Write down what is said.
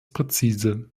präzise